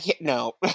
No